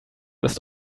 ist